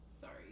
sorry